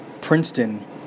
Princeton